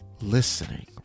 listening